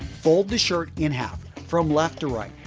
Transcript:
fold the shirt in half from left to right.